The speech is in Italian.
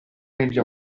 negli